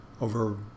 over